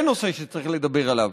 זה נושא שצריך לדבר עליו,